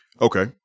okay